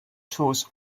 tours